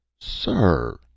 Sir